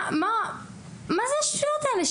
מה זה השטויות האלה,